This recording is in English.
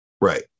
Right